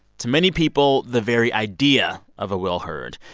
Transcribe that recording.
to many people, the very idea of a will hurd,